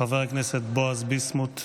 חבר הכנסת בועז ביסמוט,